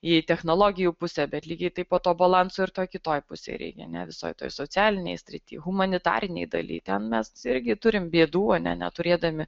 į technologijų pusę bet lygiai taip pat to balanso ir toj kitoj pusėj reikia ne visoj toj socialinėj srity humanitarinėj daly ten mes irgi turim bėdų a ne neturėdami